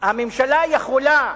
הממשלה יכולה,